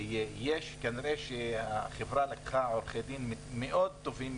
כנראה שהחברה לקחה עורכי דין מאוד טובים,